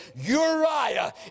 Uriah